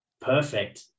perfect